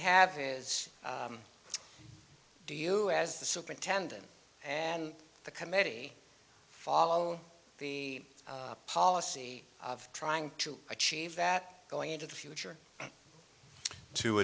have is do you as the superintendent and the committee follow the policy of trying to achieve that going into the future to